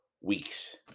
weeks